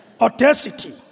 audacity